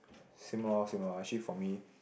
same oh same oh actually for me